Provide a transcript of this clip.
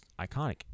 iconic